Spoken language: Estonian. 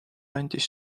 andis